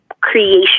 creation